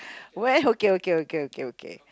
where okay okay okay okay okay